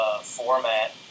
format